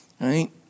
right